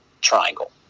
triangle